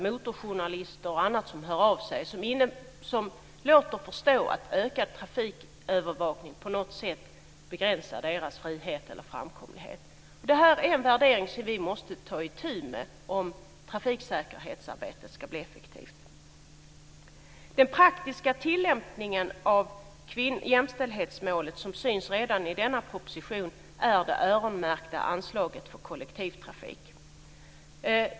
Motorjournalister och andra hör av sig och låter oss förstå att en ökad trafikövervakning på något sätt begränsar deras frihet eller framkomlighet. Det är en värdering som vi måste ta itu med om trafiksäkerhetsarbetet ska bli effektivt. Den praktiska tillämpningen när det gäller jämställdhetsmålet, som syns redan i denna proposition, är det öronmärkta anslaget för kollektivtrafik.